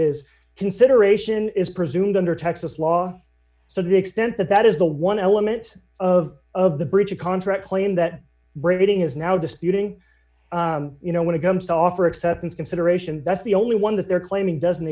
is consideration is presumed under texas law so the extent that that is the one element of of the breach of contract claim that braiding is now disputing you know when it comes to offer acceptance consideration that's the only one that they're claiming doesn't